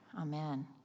amen